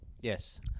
Yes